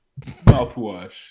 mouthwash